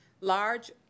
large